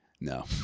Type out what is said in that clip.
No